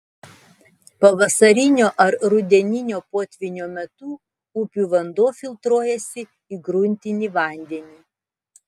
pavasarinio ar rudeninio potvynio metu upių vanduo filtruojasi į gruntinį vandenį